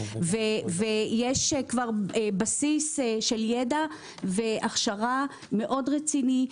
יש כבר בסיס של ידע והכשרה מאוד רציני,